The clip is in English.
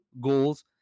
goals